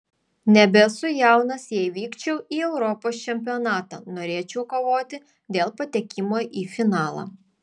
nebesu jaunas jei vykčiau į europos čempionatą norėčiau kovoti dėl patekimo į finalą